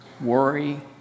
Worry